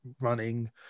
running